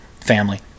family